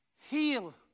Heal